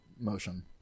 motion